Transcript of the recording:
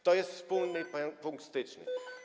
To jest wspólny punkt, styczny.